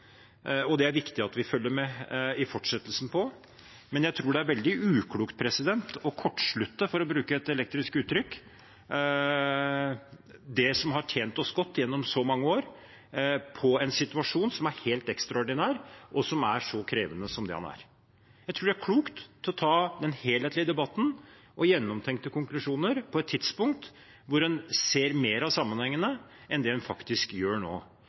og det er viktig at vi følger med på det i fortsettelsen. Men jeg tror det er veldig uklokt å kortslutte, for å bruke et elektrisk uttrykk, det som har tjent oss godt gjennom så mange år, i en situasjon som er helt ekstraordinær, og som er så krevende som det den er. Jeg tror det er klokt å ta den helhetlige debatten og trekke gjennomtenkte konklusjoner på et tidspunkt hvor en ser mer av sammenhengene enn det en faktisk gjør nå.